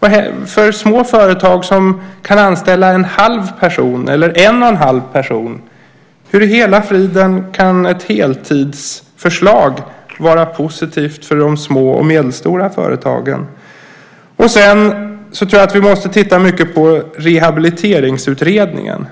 Hur är det för små företag som kan anställa en halv person eller en och en halv person? Hur kan ett förslag om heltid vara positivt för de små och medelstora företagen? Sedan tror jag att vi måste titta mycket på Rehabiliteringsutredningen.